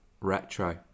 Retro